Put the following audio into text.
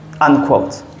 Unquote